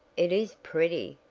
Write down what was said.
it is pretty,